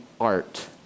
art